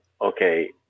okay